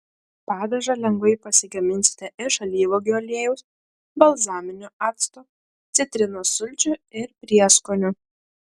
padažą lengvai pasigaminsite iš alyvuogių aliejaus balzaminio acto citrinos sulčių ir prieskonių